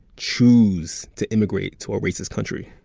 choose to immigrate to a racist country?